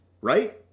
right